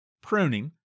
pruning